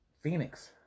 Phoenix